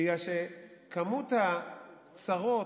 בגלל שכמות הצרות,